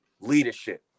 leadership